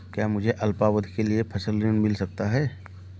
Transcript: क्या मुझे अल्पावधि के लिए फसल ऋण मिल सकता है?